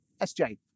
SJ